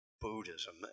Buddhism